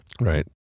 Right